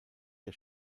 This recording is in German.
der